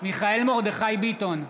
מיכאל מרדכי ביטון,